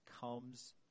comes